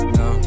no